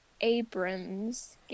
Abrams